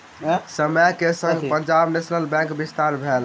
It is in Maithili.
समय के संग पंजाब नेशनल बैंकक विस्तार भेल